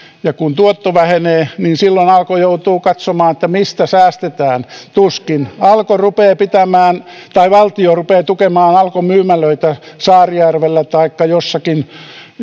kun tuotto vähenee silloin alko joutuu katsomaan mistä säästetään tuskin alko rupeaa pitämään tai valtio rupeaa tukemaan alkon myymälöitä saarijärvellä taikka jossakin